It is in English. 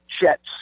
jets